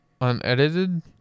unedited